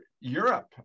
Europe